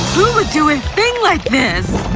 who would do a thing like this?